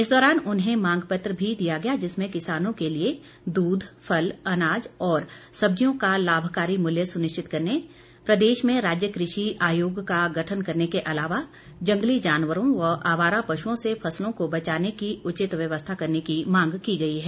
इस दौरान उन्हें मांग पत्र भी दिया गया जिसमें किसानों के लिए दूध फल अनाज और सब्जियों का लाभकारी मूल्य सुनिश्चित करने प्रदेश में राज्य कृषि आयोग का गठन करने के अलावा जंगली जानवरों व आवारा पशुओं से फसलों को बचाने की उचित व्यवस्था करने की मांग की गई है